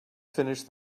finished